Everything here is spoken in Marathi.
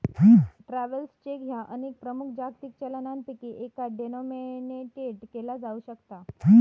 ट्रॅव्हलर्स चेक ह्या अनेक प्रमुख जागतिक चलनांपैकी एकात डिनोमिनेटेड केला जाऊ शकता